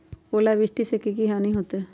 ओलावृष्टि से की की हानि होतै?